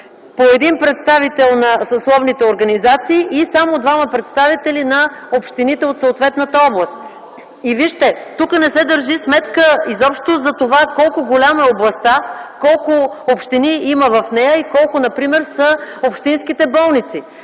по един представител на съсловните организации; и само двама представители на общините от съответната област. Вижте, тук не се държи сметка изобщо за това колко голяма е областта, колко общини има в нея и колко например са общинските болници.